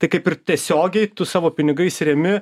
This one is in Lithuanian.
tai kaip ir tiesiogiai tu savo pinigais remi